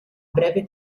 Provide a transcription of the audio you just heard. breve